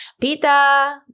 Pita